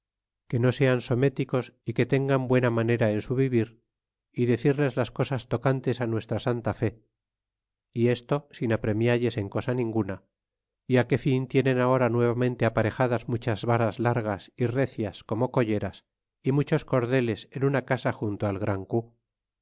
que no sean sométicos é que tengan buena manera en su vivir y decirles las cosas tocantes nuestra santa fe y esto sin apremialles en cosa ninguna é qué fin tienen ahora nuevamente aparejadas muchas varas largas y recias como colleras y muchos cordeles en una casa junto al gran cu